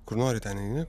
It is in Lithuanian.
kur nori ten eini